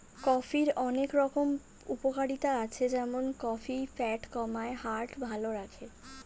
কফির অনেক রকম উপকারিতা আছে যেমন কফি ফ্যাট কমায়, হার্ট ভালো রাখে